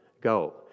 go